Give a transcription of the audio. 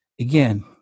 Again